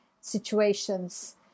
situations